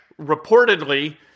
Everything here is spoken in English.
Reportedly